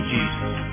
Jesus